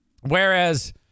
whereas